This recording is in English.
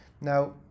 Now